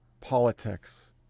politics